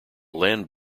land